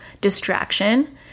distraction